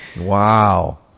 Wow